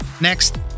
Next